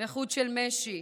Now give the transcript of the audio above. בחוט של משי.